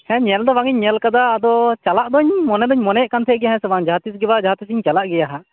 ᱦᱮᱸ ᱧᱮᱞ ᱫᱚ ᱵᱟᱝ ᱤᱧ ᱧᱮᱞᱠᱟᱫᱟ ᱟᱫᱚ ᱪᱟᱞᱟᱜ ᱫᱚᱹᱧ ᱢᱚᱱᱮ ᱫᱚᱹᱧ ᱢᱚᱱᱮᱭᱮᱜ ᱠᱟᱱ ᱛᱟᱦᱮᱸᱜ ᱜᱮ ᱦᱮᱸᱥᱮ ᱵᱟᱝ ᱡᱟᱦᱟᱸ ᱛᱤᱥ ᱜᱮ ᱵᱟ ᱡᱟᱦᱟᱸ ᱛᱤᱥᱤᱧ ᱪᱟᱞᱟᱜ ᱜᱮᱭᱟ ᱦᱟᱸᱜ